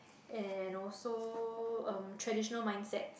and also um traditional mindset